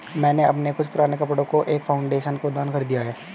मैंने अपने कुछ पुराने कपड़ो को एक फाउंडेशन को दान कर दिया